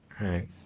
right